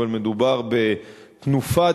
אבל מדובר בתנופת